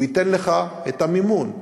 והוא ייתן לך את המימון.